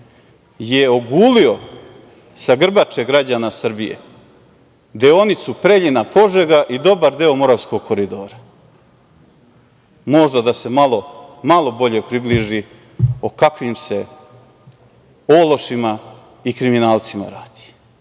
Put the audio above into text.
je ogulio sa grbače građana Srbije deonicu Preljina-Požega i dobar deo Moravskog koridora. Možda da se malo bolje približi o kakvim se ološima i kriminalcima radi. Zato